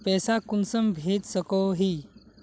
पैसा कुंसम भेज सकोही?